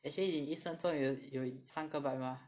actually 你一生中有有三个 bike mah